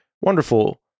wonderful